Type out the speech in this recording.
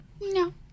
No